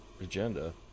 agenda